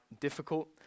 difficult